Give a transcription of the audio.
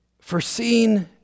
foreseen